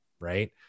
Right